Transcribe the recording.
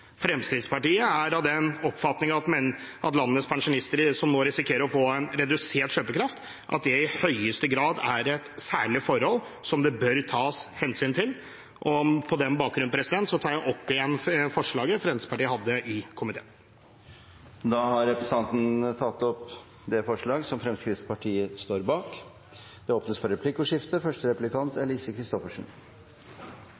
Fremskrittspartiet er av den oppfatning at det at landets pensjonister nå risikerer å få en redusert kjøpekraft, i høyeste grad er et særlig forhold som det bør tas hensyn til. På den bakgrunn tar jeg opp forslaget fra Fremskrittspartiet. Representanten Erlend Wiborg har tatt opp det forslaget som han refererte til. Det blir replikkordskifte.